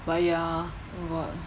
but ya oh my god